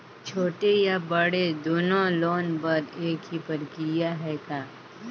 छोटे या बड़े दुनो लोन बर एक ही प्रक्रिया है का?